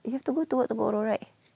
you have to go to work tomorrow right